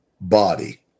body